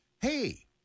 Hey